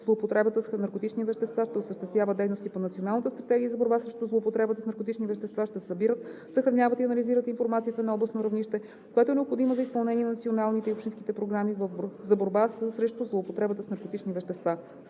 злоупотребата с наркотични вещества, ще осъществяват дейности по Националната стратегия за борба срещу злоупотребата с наркотични вещества, ще събират, съхраняват и анализират информацията на областно равнище, която е необходима за изпълнение на националните и общинските програми за борба срещу злоупотребата с наркотични вещества.